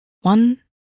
One